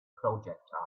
projectile